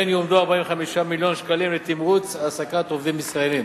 כן יועמדו 45 מיליון שקלים לתמרוץ העסקת עובדים ישראלים.